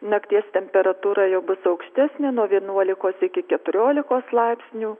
nakties temperatūra jau bus aukštesnė nuo vienuolikos iki keturiolikos laipsnių